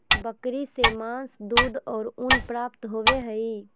बकरी से मांस, दूध और ऊन प्राप्त होबय हइ